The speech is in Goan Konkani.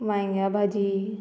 वायंग्या भाजी